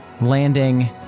landing